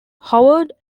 howard